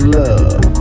love